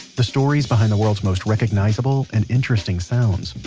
the stories behind the world's most recognizable and interesting sounds.